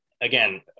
Again